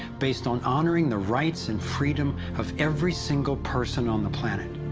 based on honouring the rights and freedom of every single person on the planet.